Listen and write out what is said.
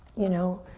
you know,